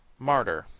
martyr,